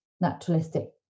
naturalistic